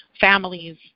families